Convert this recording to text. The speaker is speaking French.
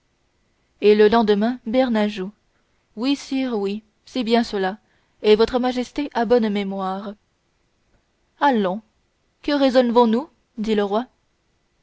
et le lendemain bernajoux oui sire oui c'est bien cela et votre majesté a bonne mémoire allons que résolvons nous dit le roi